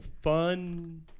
Fun